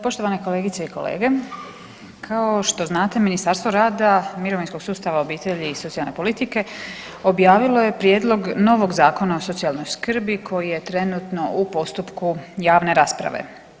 Poštovane kolegice i kolege kao što znate Ministarstvo rada, mirovinskog sustava, obitelji i socijalne politike objavilo je prijedlog novog Zakona o socijalnoj skrbi koji je trenutno u postupku javne rasprave.